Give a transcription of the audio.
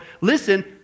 listen